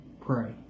Pray